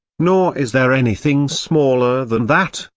nor is there anything smaller than that,